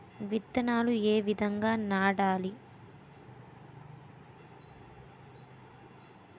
విత్తనాలు ఏ విధంగా నాటాలి?